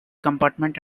compartment